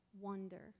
wonder